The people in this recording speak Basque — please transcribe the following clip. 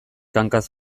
hankaz